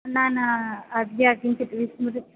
न न अद्य किञ्चित् विस्मृ